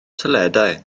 toiledau